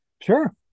Sure